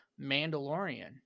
Mandalorian